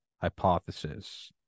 hypothesis